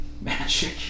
Magic